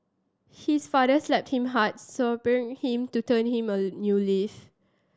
his father slapped him hard spurring him to turn him a new leaf